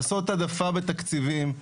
לעשות העדפה בתקציבים,